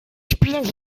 spielt